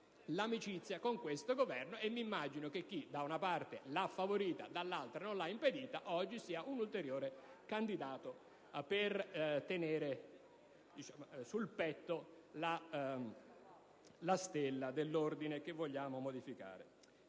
l'amicizia con quel Governo, e mi immagino che chi, da una parte, l'ha favorita e, dall'altra, non l'ha impedita oggi sia un ulteriore candidato per tenere sul petto la Stella dell'Ordine che vogliamo modificare.